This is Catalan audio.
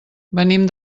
venim